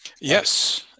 yes